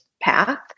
path